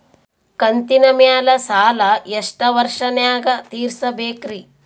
ಕಂತಿನ ಮ್ಯಾಲ ಸಾಲಾ ಎಷ್ಟ ವರ್ಷ ನ್ಯಾಗ ತೀರಸ ಬೇಕ್ರಿ?